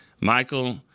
Michael